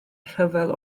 rhyfel